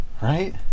Right